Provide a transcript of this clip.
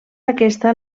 aquesta